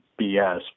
BS